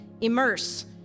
Immerse